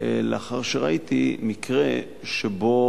לאחר שראיתי מקרה שבו